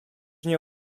nie